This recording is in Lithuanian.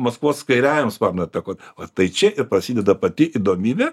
maskvos kairiajam sparnui atakuot o tai čia ir prasideda pati įdomybė